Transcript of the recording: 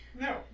No